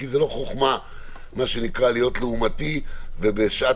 כי זו לא חוכמה להיות לעומתי ובשעת